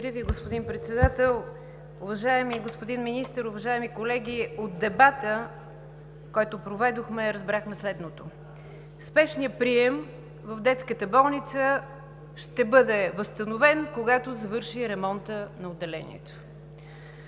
Ви, господин Председател. Уважаеми господин Министър, уважаеми колеги! От дебата, който проведохме, разбрахме следното. Спешният прием в Детската болница ще бъде възстановен, когато завърши ремонтът на отделението.